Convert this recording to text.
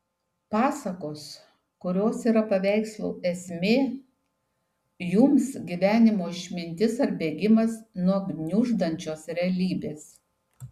pasakos kurios yra paveikslų esmė jums gyvenimo išmintis ar bėgimas nuo gniuždančios realybės